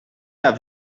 have